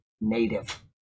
native